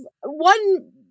one